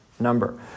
number